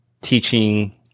teaching